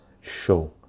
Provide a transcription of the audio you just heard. show